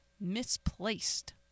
misplaced